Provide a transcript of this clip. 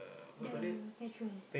the petrol